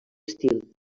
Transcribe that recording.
estil